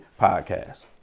podcast